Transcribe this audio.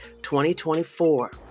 2024